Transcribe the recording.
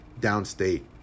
downstate